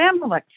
family